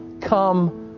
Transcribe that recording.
come